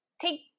take